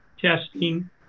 testing